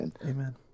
Amen